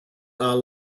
are